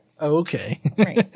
okay